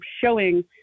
showing